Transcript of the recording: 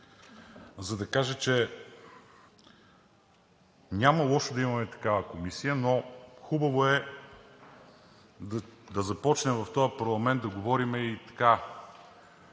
за да кажа, че няма лошо да имаме такава комисия, но хубаво е да започнем в този парламент да говорим и така